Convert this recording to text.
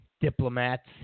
diplomats